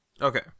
Okay